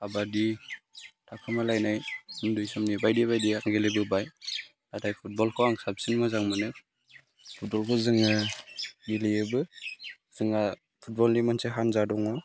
खाबादि थाखोमालायनाय उन्दै समनि बायदि बायदि आं गेलेबोबाय नाथाय फुटबलखौ आं साबसिन मोजां मोनो फुटबलखौ जोङो गेलेयोबो जोंहा फुटबलनि मोनसे हान्जा दङ